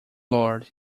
lord